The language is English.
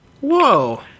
Whoa